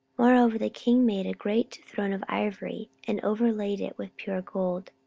moreover the king made a great throne of ivory, and overlaid it with pure gold.